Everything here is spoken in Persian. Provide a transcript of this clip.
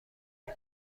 کنه